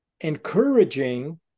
encouraging